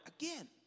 again